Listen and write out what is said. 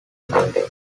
sundays